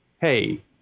hey